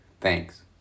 Thanks